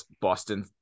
Boston